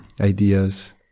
ideas